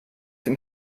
den